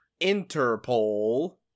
Interpol